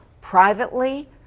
Privately